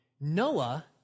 Noah